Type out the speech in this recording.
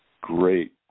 great